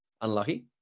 Unlucky